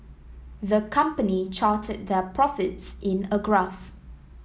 the company charted their profits in a graph